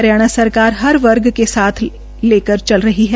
हरियाणा सरकार हर वर्ग को साथ लेकर चल रही है